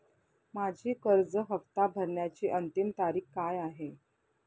माझी कर्ज हफ्ता भरण्याची अंतिम तारीख काय आहे?